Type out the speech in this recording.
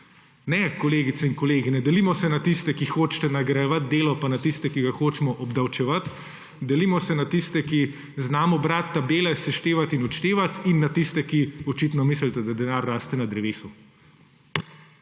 Ne, kolegice in kolegi, ne delimo se na tiste, ki hočete nagrajevati delo, pa na tiste, ki ga hočemo obdavčevati! Delimo se na tiste, ki znamo brati tabele, seštevati in odštevati, in na tiste, ki očitno mislite, da denar raste na drevesu.